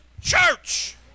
church